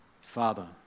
Father